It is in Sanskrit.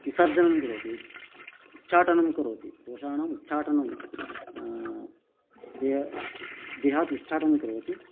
विसर्जनं करोति उच्चाटनं करोति दोषाणाम् उच्चाटनं देहे देहात् उच्चाटं करोति